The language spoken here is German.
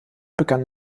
begann